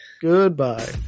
Goodbye